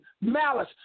Malice